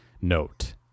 note